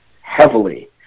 heavily